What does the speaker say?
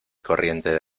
corriente